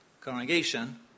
Congregation